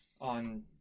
On